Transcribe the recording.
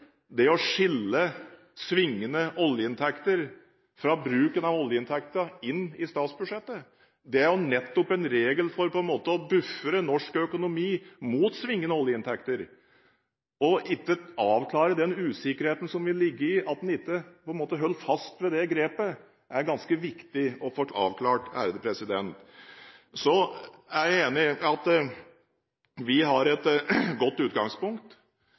det å skille svingende oljeinntekter fra bruken av oljeinntektene inn i statsbudsjettet. Det er jo nettopp en regel for på en måte å bufre norsk økonomi mot svingende oljeinntekter. Den usikkerheten som ligger i at en ikke holder fast ved det grepet, er ganske viktig å få avklart. Så er jeg enig i at vi har et godt utgangspunkt,